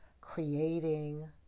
creating